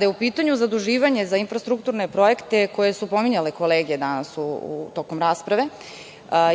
je u pitanju zaduživanje za infrastrukturne projekte koje su pominjale kolege danas tokom rasprave,